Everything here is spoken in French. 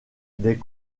des